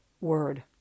word